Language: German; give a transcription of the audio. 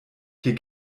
hier